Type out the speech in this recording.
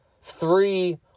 Three